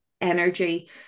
energy